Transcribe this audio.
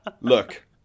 Look